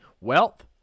wealth